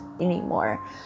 anymore